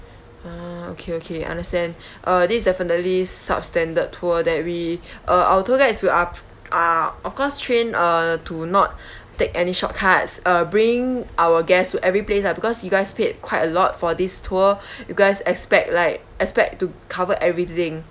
ah okay okay understand uh this is definitely substandard tour that we uh our tour guide is we up are of course trained uh to not take any shortcuts uh bringing our guests to every place ah because you guys paid quite a lot for this tour you guys expect like expect to cover everything